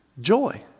joy